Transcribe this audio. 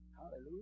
Hallelujah